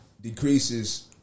decreases